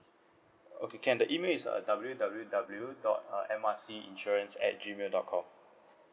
okay can the email is uh W_W_W dot uh M R C insurance at gmail dot com